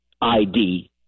ID